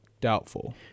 doubtful